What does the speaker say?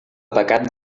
pecat